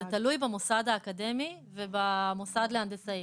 זה תלוי במוסד האקדמי ובמוסד להנדסאים.